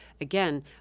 Again